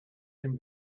dem